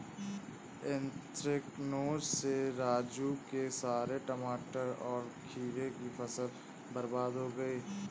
anthracnose से राजू के सारे टमाटर और खीरे की फसल बर्बाद हो गई